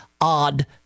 odd